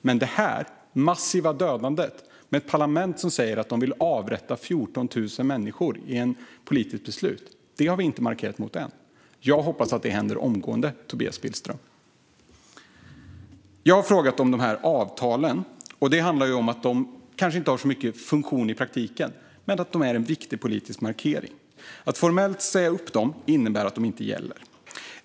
Men detta massiva dödande, med ett parlament som i ett politiskt beslut säger att de vill avrätta 14 000 människor, har vi inte markerat mot än. Jag hoppas att det händer omgående, Tobias Billström. Jag har frågat om de här avtalen. Det handlar om att de kanske inte har så stor funktion i praktiken men är en viktig politisk markering. Att formellt säga upp dem innebär att de inte gäller.